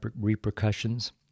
repercussions